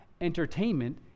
entertainment